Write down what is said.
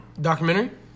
Documentary